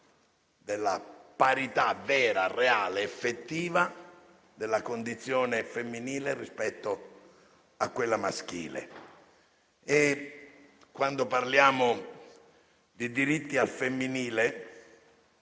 della parità vera, reale ed effettiva della condizione femminile rispetto a quella maschile. Quando parliamo di diritti al femminile,